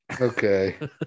okay